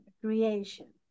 creation